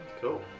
Cool